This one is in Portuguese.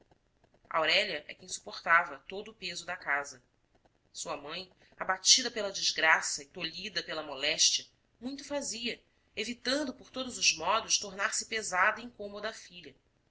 aurélia é quem suportava todo o peso da casa sua mãe abatida pela desgraça e tolhida pela moléstia muito fazia evitando por todos os modos tornar-se pesada e incômoda à filha